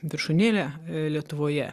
viršūnėlę lietuvoje